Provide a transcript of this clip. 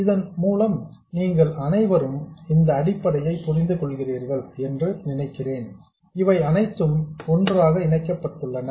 இதன் மூலம் நீங்கள் அனைவரும் இந்த அடிப்படையை புரிந்து கொள்கிறீர்கள் என்று நினைக்கிறேன் இவை அனைத்தும் ஒன்றாக இணைக்கப்பட்டுள்ளன